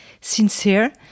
sincere